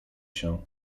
się